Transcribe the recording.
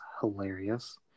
hilarious